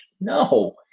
no